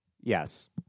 Yes